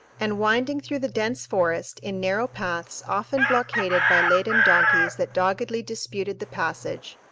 and winding through the dense forest in narrow paths often blockaded by laden donkeys that doggedly disputed the passage,